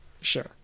sure